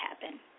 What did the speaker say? happen